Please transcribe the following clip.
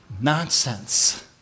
nonsense